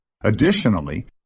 Additionally